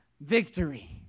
Victory